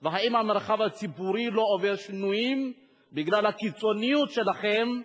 אם המרחב הציבורי לא עובר שינויים בגלל הקיצוניות שלכם,